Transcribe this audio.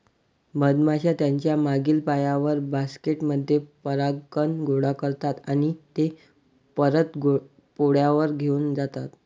मधमाश्या त्यांच्या मागील पायांवर, बास्केट मध्ये परागकण गोळा करतात आणि ते परत पोळ्यावर घेऊन जातात